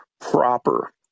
proper